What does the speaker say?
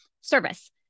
service